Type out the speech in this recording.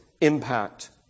impact